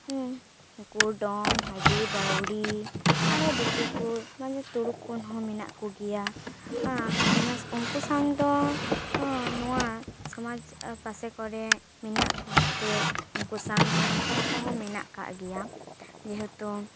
ᱩᱱᱠᱩ ᱰᱚᱢ ᱦᱟᱹᱰᱤ ᱵᱟᱹᱣᱨᱤ ᱟᱨᱚ ᱫᱤᱠᱩ ᱠᱚ ᱢᱟᱱᱮ ᱛᱩᱲᱩᱠ ᱠᱚᱦᱚᱸ ᱢᱮᱱᱟᱜ ᱠᱚᱜᱮᱭᱟ ᱩᱱᱠᱩ ᱥᱟᱶ ᱫᱚ ᱱᱚᱶᱟ ᱥᱚᱢᱟᱡᱽ ᱯᱟᱥᱮ ᱠᱚᱨᱮ ᱢᱮᱱᱟᱜ ᱠᱚᱛᱮ ᱩᱱᱠᱩ ᱥᱟᱶ ᱥᱚᱢᱯᱚᱨᱠᱚ ᱦᱚᱸ ᱢᱮᱱᱟᱜ ᱟᱠᱟᱫ ᱜᱮᱭᱟ ᱡᱮᱦᱮᱛᱩ